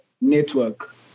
network